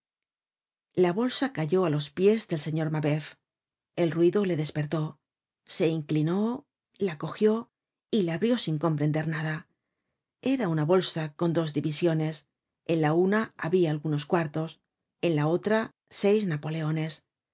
la bolsa cayó á los pies del señor mabeuf el ruido le despertó se inclinó la cogió y la abrió sin comprender nada era una bolsa con dos divisiones en la una habia algunos cuartos en la otra seis napoleones